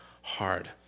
hard